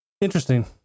Interesting